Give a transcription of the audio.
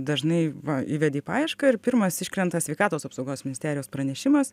dažnai va įvedei paiešką ir pirmas iškrenta sveikatos apsaugos ministerijos pranešimas